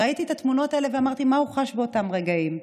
ראיתי את התמונות האלה ואמרתי: מה הוא חש באותם רגעים?